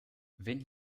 wenn